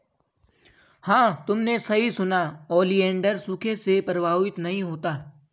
हां तुमने सही सुना, ओलिएंडर सूखे से प्रभावित नहीं होता